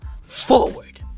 forward